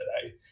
today